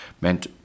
meant